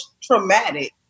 traumatic